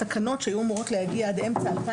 התקנות שאמורות היו להגיע עד אמצע 2017,